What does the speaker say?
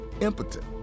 impotent